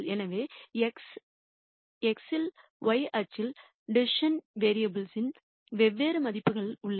எனவே x இல் y அச்சில் டிசிசன் வேரியபுல் யின் வெவ்வேறு மதிப்புகள் உள்ளன